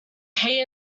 pay